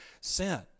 sin